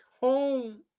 home